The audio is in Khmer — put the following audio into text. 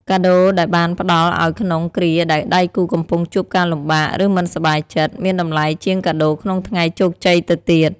កាដូដែលបានផ្ដល់ឱ្យក្នុងគ្រាដែលដៃគូកំពុងជួបការលំបាក ឬមិនសប្បាយចិត្ត មានតម្លៃជាងកាដូក្នុងថ្ងៃជោគជ័យទៅទៀត។